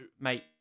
Mate